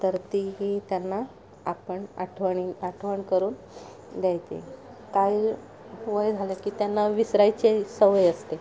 तर तीही त्यांना आपण आठवणी आठवण करून द्यायची काय आहे वय झालं की त्यांना विसरायची सवय असते